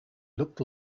looked